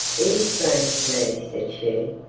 it is strange to me said she,